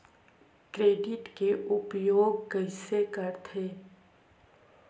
Credit के उपयोग कइसे करथे?